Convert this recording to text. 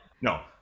no